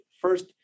first